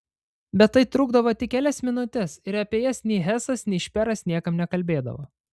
bet tai trukdavo tik kelias minutes ir apie jas nei hesas nei šperas niekam nekalbėdavo